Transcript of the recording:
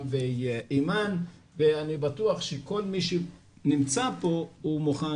גם באימאן ואני בטוח שכל מי שנמצא פה מוכן